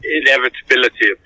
inevitability